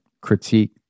critique